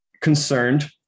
concerned